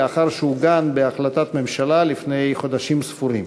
לאחר שעוגן בהחלטת ממשלה לפני חודשים ספורים.